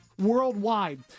worldwide